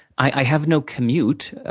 i have no commute,